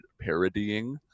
parodying